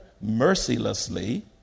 mercilessly